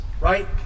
right